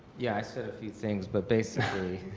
yeah, i said a few things but basically.